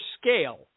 scale